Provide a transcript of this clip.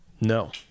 No